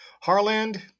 Harland